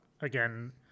again